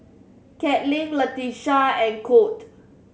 Katlin Latisha and Colt